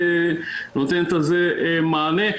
שנותנת על זה מענה.